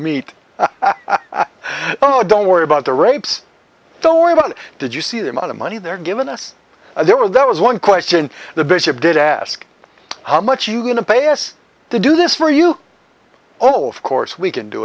meat oh don't worry about the rapes don't worry about it did you see the amount of money they're given us there were that was one question the bishop did ask how much you going to pay us to do this for you oh of course we can do